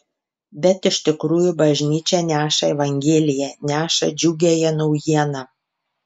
bet iš tikrųjų bažnyčia neša evangeliją neša džiugiąją naujieną